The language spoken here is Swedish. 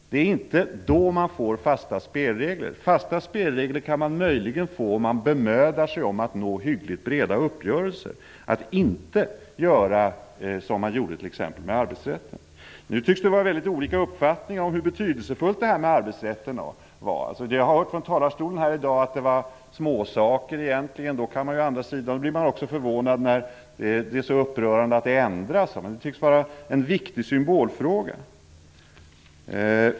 Det är inte då man får fasta spelregler. Fasta spelregler kan man möjligen få om man bemödar sig om att nå hyggligt breda uppgörelser och inte gör som man t.ex. gjorde med arbetsrätten. Nu tycks det finnas olika uppfattningar om hur betydelsefullt det här med arbetsrätten var. Jag har hört från talarstolen här i dag att det egentligen var småsaker. Då blir man förvånad att det är så upprörande att de ändras. Detta tycks vara en viktig symbolfråga.